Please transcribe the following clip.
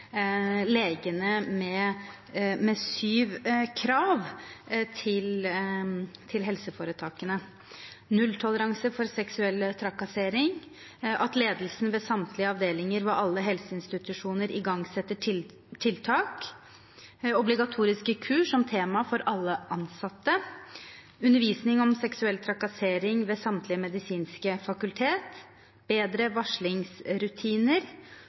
legene med syv krav til helseforetakene: nulltoleranse for seksuell trakassering at ledelsen ved samtlige avdelinger ved alle helseinstitusjoner skal igangsette tiltak obligatoriske kurs om temaet for alle ansatte undervisning om seksuell trakassering ved samtlige medisinske fakultet bedre varslingsrutiner